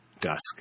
dusk